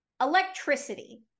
electricity